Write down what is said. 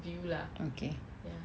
okay